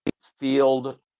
field